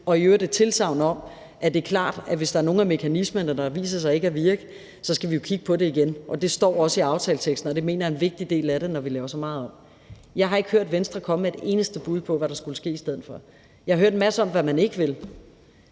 også hørt et tilsagn om, at hvis der er nogle af mekanismerne, der viser sig ikke at virke, skal vi jo kigge på det igen. Det er klart. Det står også i aftaleteksten, og det mener jeg er en vigtig del af det, når vi laver så meget om. Jeg har ikke hørt Venstre komme med et eneste bud på, hvad der skulle ske i stedet for. Jeg har hørt en masse om, hvad man ikke vil.